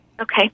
Okay